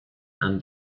and